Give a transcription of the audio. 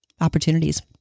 opportunities